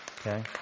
Okay